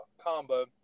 combo